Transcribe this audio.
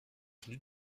devenu